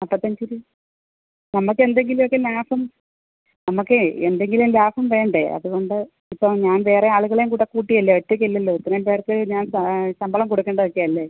നാല്പത്തഞ്ചിൽ നമ്മൾക്കെന്തെങ്കിലുമൊക്കെ ലാഭം നമുക്ക് എന്തെങ്കിലും ലാഭം വേണ്ടേ അതുകൊണ്ട് ഇപ്പം ഞാൻ വേറെ ആളുകളെയും കൂടെ കൂട്ടിയല്ലേ ഒറ്റയ്ക്കല്ലല്ലോ ഇത്രയും പേർക്ക് ഞാൻ ശമ്പളം കൊടുക്കേണ്ടതൊക്കെയല്ലേ